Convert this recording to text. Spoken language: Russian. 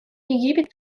египет